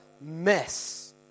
mess